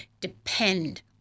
depend